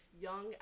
young